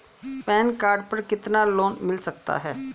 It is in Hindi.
पैन कार्ड पर कितना लोन मिल सकता है?